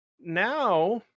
now